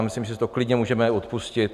Myslím, že si to klidně můžeme i odpustit.